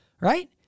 right